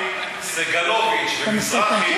סגלוביץ ומזרחי,